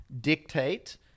dictate